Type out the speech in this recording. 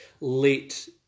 late